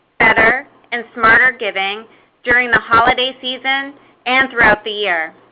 better, and smarter giving during the holiday season and throughout the year.